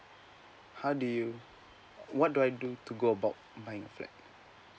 how do you what do I do to go about buying a flat